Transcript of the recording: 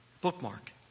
bookmark